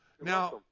Now